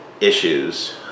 issues